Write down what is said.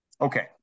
Okay